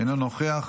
אינו נוכח,